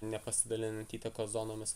nepasidalinant įtakos zonomis